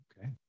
Okay